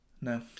No